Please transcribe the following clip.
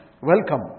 welcome